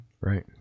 Right